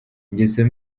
ingeso